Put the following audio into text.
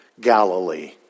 Galilee